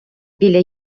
біля